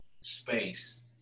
space